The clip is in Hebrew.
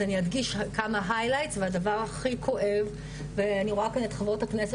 אני אדגיש כמה היילייטס והדבר הכי כואב ואני רואה כאן את חברות הכנסת